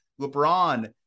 LeBron